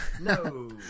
No